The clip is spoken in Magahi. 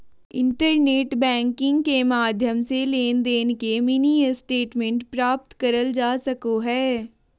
इंटरनेट बैंकिंग के माध्यम से लेनदेन के मिनी स्टेटमेंट प्राप्त करल जा सको हय